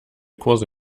kurse